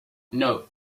note